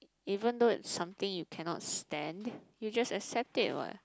even though it's something you cannot stand you just accept it what